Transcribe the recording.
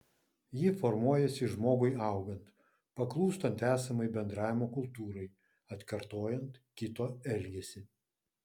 ji formuojasi žmogui augant paklūstant esamai bendravimo kultūrai atkartojant kito elgesį